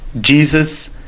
Jesus